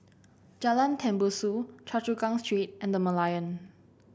Jalan Tembusu Choa Chu Kang Street and The Merlion